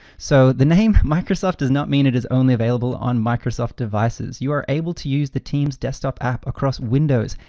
so the name microsoft does not mean it is only available on microsoft devices. you are able to use the teams desktop app across windows,